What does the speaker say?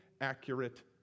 accurate